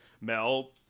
Mel